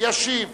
ישיב